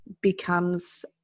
becomes